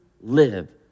live